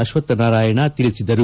ಅಶ್ವಕ್ ನಾರಾಯಣ ತಿಳಿಸಿದರು